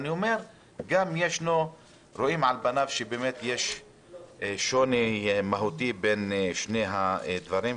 רואים שיש שוני מהותי בין שני הדברים,